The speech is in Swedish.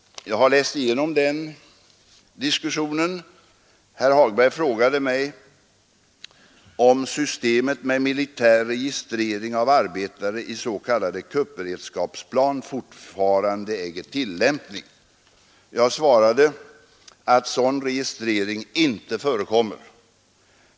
Jag har läst igenom den diskussionen. Herr Hagberg frågade mig om systemet med militär registrering av arbetare i s.k. kuppberedskapsplan fortfarande äger tillämpning. Jag svarade att sådan registrering inte förekommer.